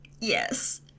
Yes